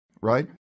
Right